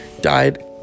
died